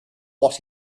what